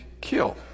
kill